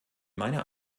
meiner